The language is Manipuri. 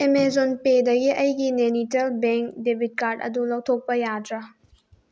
ꯑꯦꯃꯦꯖꯣꯟ ꯄꯦꯗꯒꯤ ꯑꯩꯒꯤ ꯅꯥꯏꯅꯤꯇꯜ ꯕꯦꯡ ꯗꯦꯕꯤꯠ ꯀꯥꯔꯠ ꯑꯗꯨ ꯂꯧꯊꯣꯛꯄ ꯌꯥꯗ꯭ꯔꯥ